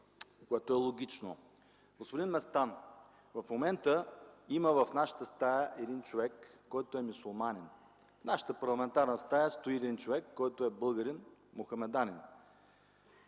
което е логично. Господин Местан, в момента в нашата стая има един човек, който е мюсюлманин. В нашата парламентарна стая стои един човек, който е българин мохамеданин.